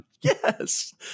Yes